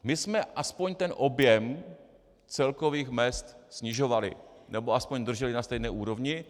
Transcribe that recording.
My jsme aspoň ten objem celkových mezd snižovali, nebo aspoň drželi na stejné úrovni.